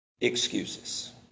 Excuses